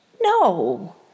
No